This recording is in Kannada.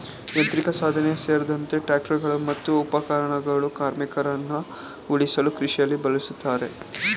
ಯಾಂತ್ರಿಕಸಾಧನ ಸೇರ್ದಂತೆ ಟ್ರಾಕ್ಟರ್ಗಳು ಮತ್ತು ಉಪಕರಣಗಳು ಕಾರ್ಮಿಕರನ್ನ ಉಳಿಸಲು ಕೃಷಿಲಿ ಬಳುಸ್ತಾರೆ